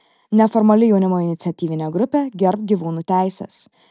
neformali jaunimo iniciatyvinė grupė gerbk gyvūnų teises